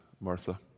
Martha